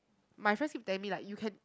my friends keep tell me like you can